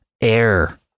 air